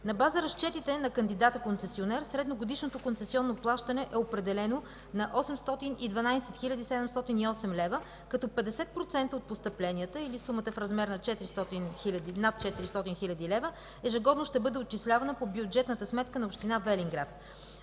На база разчетите на кандидата концесионер средногодишното концесионно плащане е определено на 812 708 лв., като 50% от постъпленията или сумата в размер над 400 хил. лв. ежегодно ще бъде отчислявана по бюджетната сметка на община Велинград.